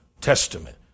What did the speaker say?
testament